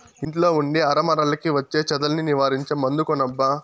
ఇంట్లో ఉండే అరమరలకి వచ్చే చెదల్ని నివారించే మందు కొనబ్బా